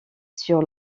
sur